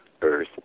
earth